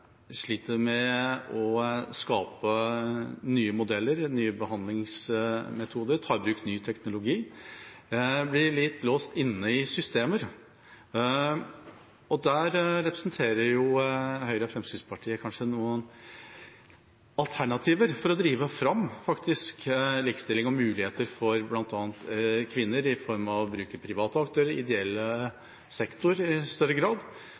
sliter med å skape nye modeller, nye behandlingsmetoder, ta i bruk ny teknologi – man blir litt låst inne i systemer. Der representerer Høyre og Fremskrittspartiet kanskje noen alternativer for å drive fram likestilling og muligheter for bl.a. kvinner i form av å bruke private aktører og ideell sektor i større grad.